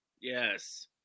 Yes